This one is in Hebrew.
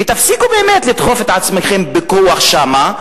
תפסיקו באמת לדחוף את עצמכם בכוח שם,